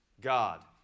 God